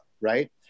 right